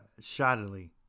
shoddily